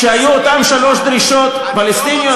כשהיו אותן שלוש דרישות פלסטיניות,